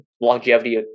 longevity